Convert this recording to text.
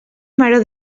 maror